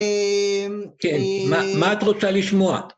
כן, מה את רוצה לשמוע?